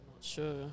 sure